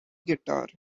guitar